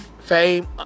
Fame